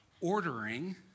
ordering